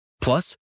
Plus